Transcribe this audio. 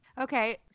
Okay